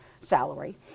salary